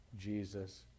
Jesus